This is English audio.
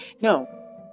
no